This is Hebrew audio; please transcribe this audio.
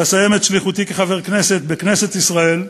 ואסיים את שליחותי כחבר כנסת בכנסת ישראל,